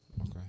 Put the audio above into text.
Okay